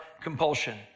compulsion